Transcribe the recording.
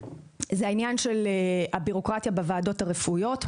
עניין הבירוקרטיה בוועדות הרפואיות.